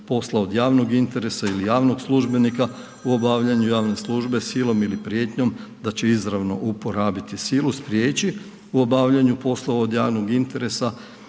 posla od javnog interesa ili javno službenika u obavljaju javne službe silom ili prijetnjom d će izravno uporabiti silu, spriječi u obavljaju poslova od javnog interesa